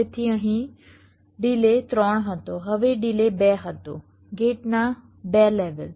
તેથી અહીં ડિલે 3 હતો હવે ડિલે 2 હતો ગેટના 2 લેવલ